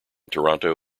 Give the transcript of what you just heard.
toronto